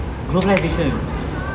globalisation